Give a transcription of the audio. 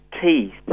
teeth